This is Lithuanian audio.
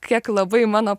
kiek labai mano